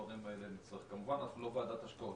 אנחנו לא ועדת השקעות,